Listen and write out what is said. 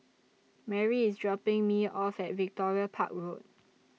Merri IS dropping Me off At Victoria Park Road